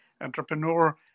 entrepreneur